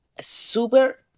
super